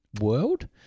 world